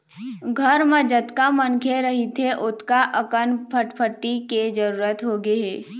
घर म जतका मनखे रहिथे ओतका अकन फटफटी के जरूरत होगे हे